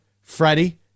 freddie